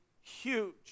huge